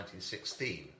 1916